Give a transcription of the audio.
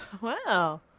Wow